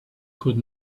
could